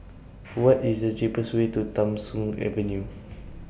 What IS The cheapest Way to Tham Soong Avenue